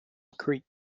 creek